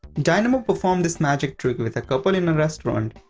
dynamo performed this magic trick with a couple in a restaurant.